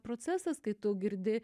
procesas kai tu girdi